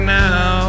now